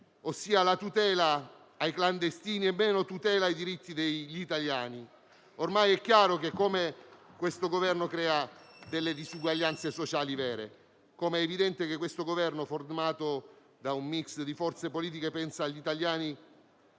vero: tutela ai clandestini e meno tutela ai diritti degli italiani. Ormai è chiaro che questo Governo crea delle disuguaglianze sociali vere, così come è evidente che è formato da un *mix* di forze politiche e non pensa agli italiani